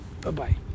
Bye-bye